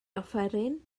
offeryn